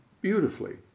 beautifully